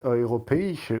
europäische